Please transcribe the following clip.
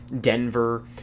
Denver